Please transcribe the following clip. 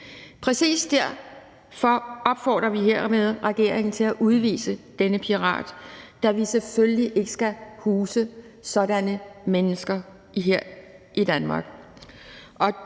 Præcis derfor opfordrer vi hermed regeringen til at udvise denne pirat, da vi selvfølgelig ikke skal huse sådanne mennesker her i Danmark.